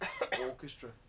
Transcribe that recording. orchestra